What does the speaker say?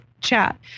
chat